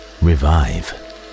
revive